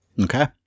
Okay